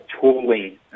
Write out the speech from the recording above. tooling